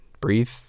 Breathe